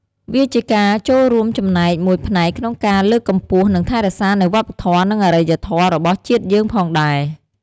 វាជាការចូលរួមចំណែកមួយផ្នែកក្នុងការលើកកម្ពស់ និងថែរក្សានូវវប្បធម៌និងអរិយធម៌របស់ជាតិយើងផងដែរ។